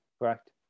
correct